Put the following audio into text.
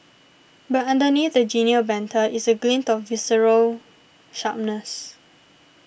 but underneath the genial banter is a glint of visceral sharpness